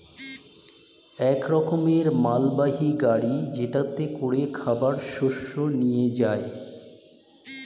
এক রকমের মালবাহী গাড়ি যেটাতে করে খাবার শস্য নিয়ে যায়